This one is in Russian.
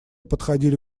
подходили